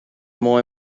more